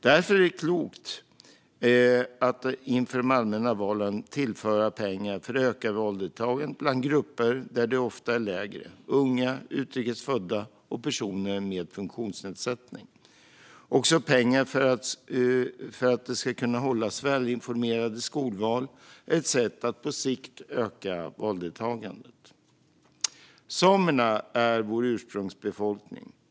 Det är därför klokt att inför de allmänna valen tillföra pengar för att öka valdeltagandet i grupper där det ofta är lägre - unga, utrikes födda och personer med funktionsnedsättning. Också pengar för att det ska kunna hållas välinformerade skolval är ett sätt att på sikt öka valdeltagandet. Samerna är vår ursprungsbefolkning.